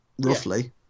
roughly